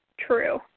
true